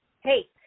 Hey